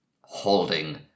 holding